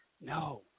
no